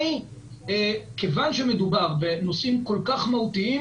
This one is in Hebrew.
מכיוון שמדובר בנושאים כל כך מהותיים,